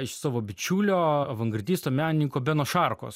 iš savo bičiulio avangardisto menininko beno šarkos